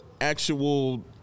actual